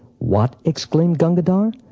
what! exclaimed gangadhar.